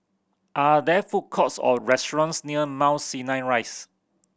are there food courts or restaurants near Mount Sinai Rise